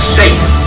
safe